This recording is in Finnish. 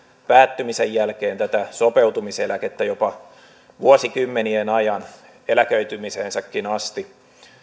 päättymisen jälkeen tätä sopeutumiseläkettä jopa vuosikymmenien ajan eläköitymiseensäkin asti